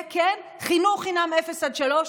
זה כן, חינוך חינם מאפס עד שלוש,